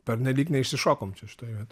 pernelyg neišsišokom čia šitoj vietoj